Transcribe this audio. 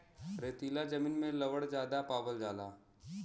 रेतीला जमीन में लवण ज्यादा पावल जाला